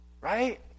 Right